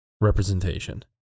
representation